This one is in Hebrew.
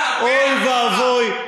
מה אתה, אוי ואבוי.